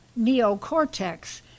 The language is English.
neocortex